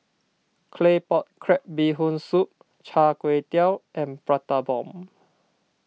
Claypot Crab Bee Hoon Soup Char Kway Teow and Prata Bomb